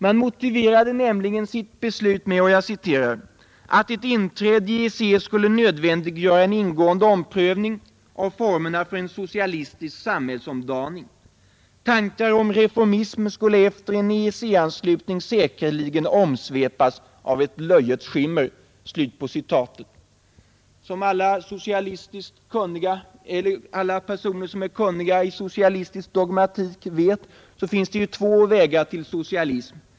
Man motiverade nämligen sitt beslut med att ”ett inträde i EEC skulle nödvändiggöra en ingående omprövning av formerna för en socialistisk samhällsomdaning. Tankar om reformism skulle efter en EEC-anslutning säkerligen omsvepas av löjets skimmer.” Alla människor som är kunniga i socialistisk dogmatik vet att det finns två vägar till socialism.